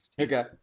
Okay